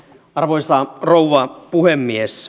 arvoisa rouva puhemies